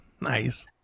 nice